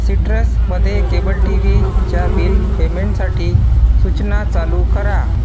सिट्रसमध्ये cable टीव्हीच्या bill पेमेंटसाठी सूचना चालू करा